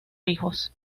hijos